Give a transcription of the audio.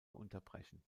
unterbrechen